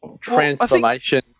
transformation-